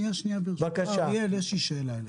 ברשותך, אריאל, יש לי שאלה אליך.